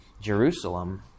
Jerusalem